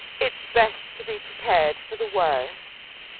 it's best to be prepared for the worst.